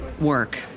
work